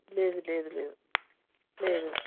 లేదు లేదు లేదు లేదు